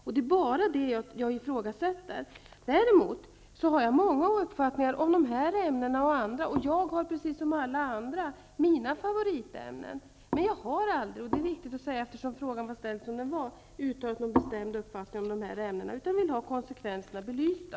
Det är bara det som jag ifrågasätter. Däremot har jag många åsikter både om dessa ämnen och om andra. Och precis som alla andra har jag också favoritämnen. Men jag har aldrig, och det är viktigt att säga med tanke på hur frågan var ställd, uttalat någon bestämd uppfattning om dessa ämnen, utan jag vill ha konsekvenserna belysta.